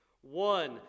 One